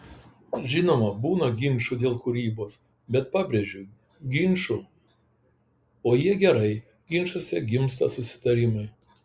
žinoma būna ginčų dėl kūrybos bet pabrėžiu ginčų o jie gerai ginčuose gimsta susitarimai